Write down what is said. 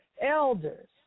elders